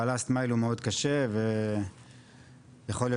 והלאסט מייל הוא מאוד קשה ויכול להיות